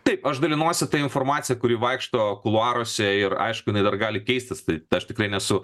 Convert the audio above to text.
taip aš dalinuosi ta informacija kuri vaikšto kuluaruose ir aišku jinai dar gali keistis tai aš tikrai nesu